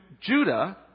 Judah